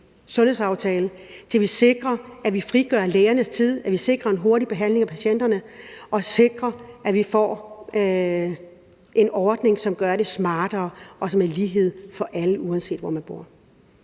så vi sikrer, at vi frigør lægernes tid, så vi sikrer en hurtig behandling af patienterne, og så vi sikrer, at vi får en ordning, som gør det smartere, og som giver lighed for alle, uanset hvor de bor.